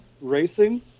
Racing